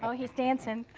ah he's dancing.